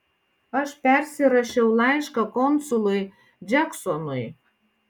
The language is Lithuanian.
aš persirašiau laišką konsului džeksonui